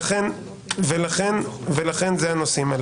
לכן זה הנושאים.